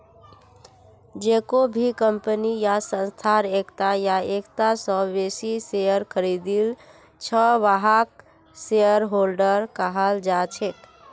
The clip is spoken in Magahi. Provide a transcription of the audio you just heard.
जेको भी कम्पनी या संस्थार एकता या एकता स बेसी शेयर खरीदिल छ वहाक शेयरहोल्डर कहाल जा छेक